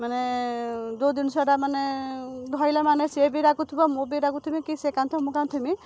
ମାନେ ଯେଉଁ ଜିନିଷଟା ମାନେ ଧରିଲା ମାନେ ସିଏ ବି ରାଗୁଥିବ ମୁଁ ବି ରାଗୁଥିବି କି ସେ କାନ୍ଦୁଥିବ ମୁଁ କାନ୍ଦୁଥିବି